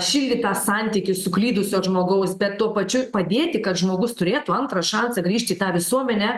šildyt tą santykį suklydusio žmogaus bet tuo pačiu padėti kad žmogus turėtų antrą šansą grįžt į tą visuomenę